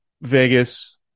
Vegas